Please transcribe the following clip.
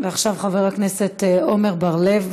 ועכשיו חבר הכנסת עמר בר-לב.